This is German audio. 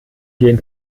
gehen